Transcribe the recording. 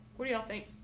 what do y'all think?